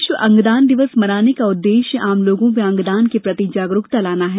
विश्व अंगदान दिवस मनाने का उद्देश्य आम लोगों में अंगदान के प्रति जागरूक बनाना है